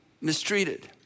mistreated